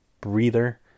breather